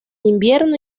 invierno